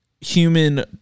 human